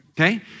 okay